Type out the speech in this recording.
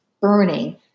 burning